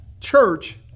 church